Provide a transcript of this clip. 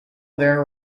there